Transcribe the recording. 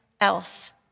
else